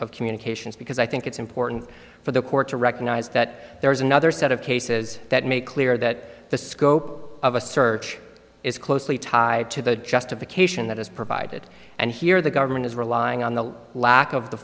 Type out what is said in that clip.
of communications because i think it's important for the court to recognize that there is another set of cases that make clear that the scope of a search is closely tied to the justification that is provided and here the government is relying on the lack of the